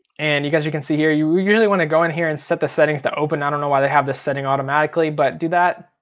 and you guys you can see here, you really want to go in here and set the settings to open. i don't know why they have the setting automatically, but do that.